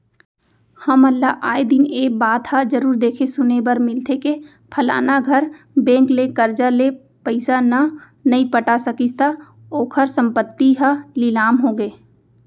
हमन ल आय दिन ए बात ह जरुर देखे सुने बर मिलथे के फलाना घर बेंक ले करजा ले पइसा न नइ पटा सकिस त ओखर संपत्ति ह लिलाम होगे